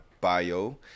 bio